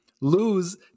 lose